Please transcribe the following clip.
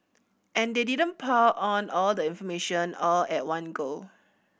and they didn't pile on all the information all at one go